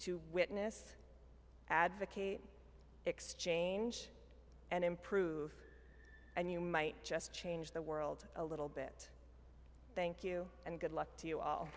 to witness advocate exchange and improve and you might just change the world a little bit thank you and good luck to you all